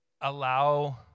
allow